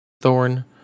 Thorn